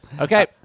Okay